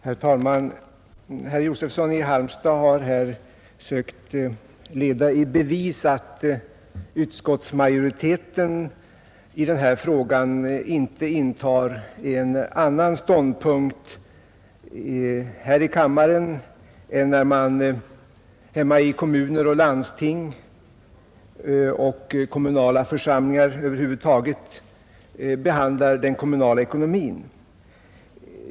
Herr talman! Herr Josefsson i Halmstad har försökt leda i bevis att utskottsmajoriteten i denna fråga inte intar en annan ståndpunkt här i riksdagen än vad man gör när man hemma i primärkommuner och landsting behandlar den kommunala ekonomin.